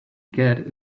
get